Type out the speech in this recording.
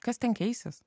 kas ten keisis